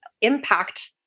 impact